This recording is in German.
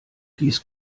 dies